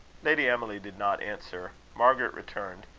lady emily did not answer. margaret returned.